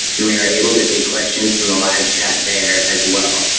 and we are able to take questions from the live chat there as well.